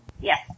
Yes